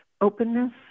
openness